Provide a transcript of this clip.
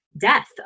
death